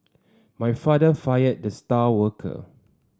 my father fired the star worker